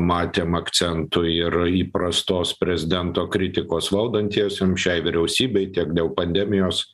matėm akcentų ir įprastos prezidento kritikos valdantiesiem šiai vyriausybei tiek dėl pandemijos